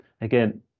Again